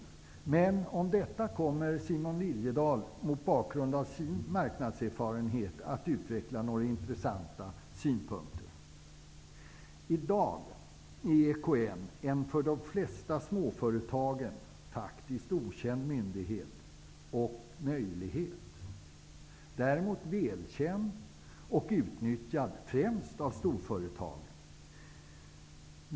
Simon Liliedahl kommer, mot bakgrund av sin marknadserfarenhet, att utveckla några intressanta synpunkter om detta. I dag är EKN för de flesta småföretagen faktiskt en okänd myndighet och möjlighet. Däremot är EKN välkänd och utnyttjad främst av storföretagen.